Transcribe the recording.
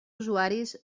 usuaris